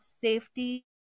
safety